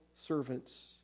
servants